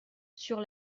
sur